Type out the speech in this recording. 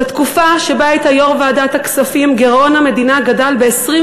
בתקופה שבה היית יו"ר ועדת הכספים גירעון המדינה גדל ב-25